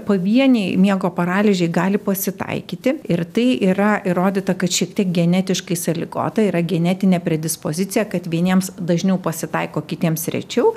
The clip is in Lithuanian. pavieniai miego paralyžiai gali pasitaikyti ir tai yra įrodyta kad šiek tiek genetiškai sąlygota yra genetinė predispozicija kad vieniems dažniau pasitaiko kitiems rečiau